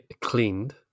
cleaned